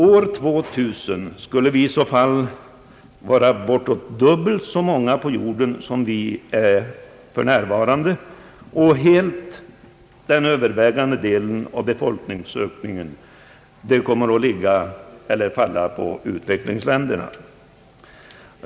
År 2000 skulle i så fall jorden befolkas av bortåt dubbelt så många människor som nu, och den helt övervägande delen av den befolkningsökningen kommer att falla på u-länderna.